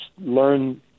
learn